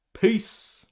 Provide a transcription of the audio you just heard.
Peace